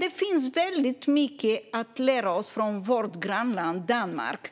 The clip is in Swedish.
Det finns väldigt mycket att lära oss från vårt grannland Danmark.